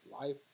life